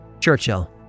Churchill